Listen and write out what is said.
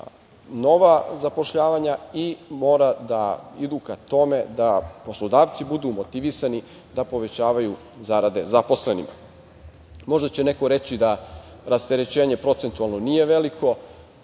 nova zapošljavanja i idu ka tome da poslodavci budu motivisani da povećavaju zarade zaposlenima. Možda će neko reći da rasterećenje procentualno nije veliko,